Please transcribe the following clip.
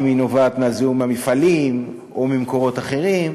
אם היא נובעת מהזיהום במפעלים או ממקורות אחרים,